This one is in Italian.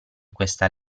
questa